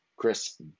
Chris